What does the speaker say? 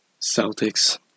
Celtics